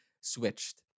switched